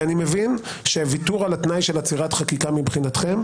אני מבין שוויתור על התנאי של עצירת חקיקה מבחינתכם,